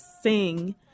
sing